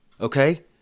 Okay